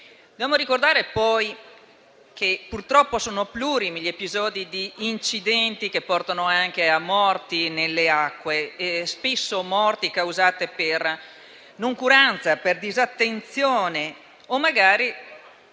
Dobbiamo ricordare che purtroppo sono plurimi gli episodi di incidenti, che portano anche a morti nelle acque; morti spesso causate da noncuranza, da disattenzione o magari